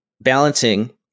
balancing